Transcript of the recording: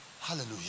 Hallelujah